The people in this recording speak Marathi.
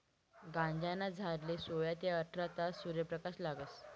गांजाना झाडले सोया ते आठरा तास सूर्यप्रकाश लागस